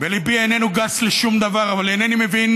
וליבי איננו גס בשום דבר אבל אינני מבין